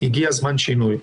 הגיע זמן שינוי.